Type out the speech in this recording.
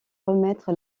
remettre